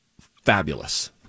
fabulous